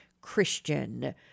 Christian